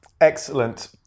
Excellent